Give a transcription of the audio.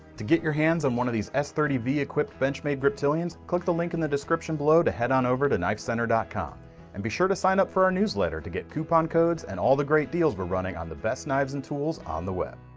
to get your hands on one of these s three zero v equipped benchmade griptilians, click the link in the description below to head on over to knifecenter dot com and be sure to sign up for our newsletter to get coupon codes and all the great deals were running on the best knives and tools on the web